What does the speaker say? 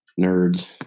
nerds